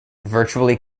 virtually